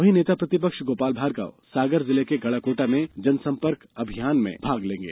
वहीं नेता प्रतिफ्क गोपाल भार्गव सागर जिले के गढ़ाकोटा में जनसंपर्क अमियान में भाग लेंगे